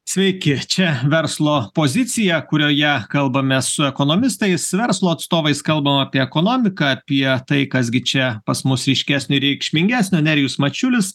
sveiki čia verslo pozicija kurioje kalbame su ekonomistais verslo atstovais kalbam apie ekonomiką apie tai kas gi čia pas mus ryškesnio ir reikšmingesnio nerijus mačiulis